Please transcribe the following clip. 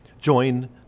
join